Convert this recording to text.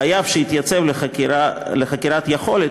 חייב שהתייצב לחקירת יכולת,